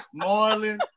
Marlon